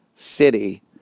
City